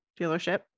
dealership